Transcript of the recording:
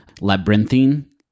labyrinthine